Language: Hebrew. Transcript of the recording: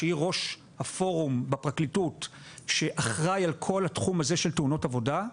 שהיא ראש הפורום בפרקליטות שאחראי על כל התחום הזה של תאונות עבודה,